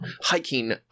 hiking